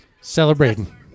Celebrating